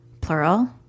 plural